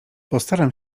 postaram